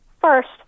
First